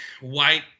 White